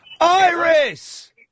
Iris